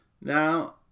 Now